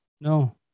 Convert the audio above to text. no